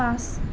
পাঁচ